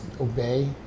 obey